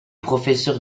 professeur